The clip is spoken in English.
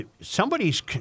somebody's